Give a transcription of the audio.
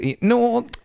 no